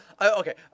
okay